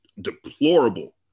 deplorable